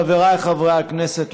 חבריי חברי הכנסת,